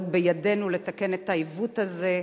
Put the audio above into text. עוד בידנו לתקן את העיוות הזה.